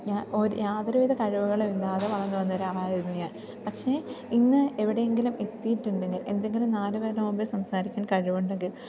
ഞ ഒ യാതൊരു വിധ കഴിവുകളുമില്ലാതെ വളർന്നു വന്ന ഒരാളായിരുന്നു ഞാൻ പക്ഷെ ഇന്ന് എവിടെയെങ്കിലും എത്തിയിട്ടുണ്ടെങ്കിൽ എന്തെങ്കിലും നാല് പേരുടെ മുമ്പിൽ സംസാരിക്കാൻ കഴിവുണ്ടെങ്കിൽ